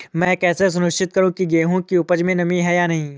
मैं कैसे सुनिश्चित करूँ की गेहूँ की उपज में नमी है या नहीं?